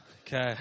Okay